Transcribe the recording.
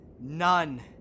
none